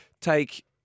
take